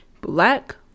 black